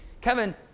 Kevin